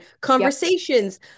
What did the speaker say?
conversations